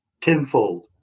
tenfold